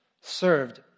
served